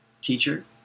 Teacher